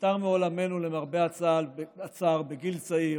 שנפטר מעולמנו למרבה הצער בגיל צעיר,